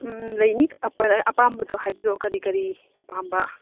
ꯎꯝ ꯂꯩꯅꯤ ꯑꯄꯥꯝꯕꯗꯣ ꯍꯥꯏꯕꯤꯔꯛꯑꯣ ꯀꯔꯤ ꯀꯔꯤ ꯄꯥꯝꯕ